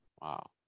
Wow